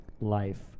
life